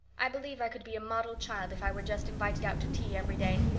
i believe i could be a model child if i were just invited out to tea every day.